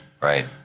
Right